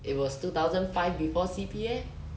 it was two thousand five before C_P_F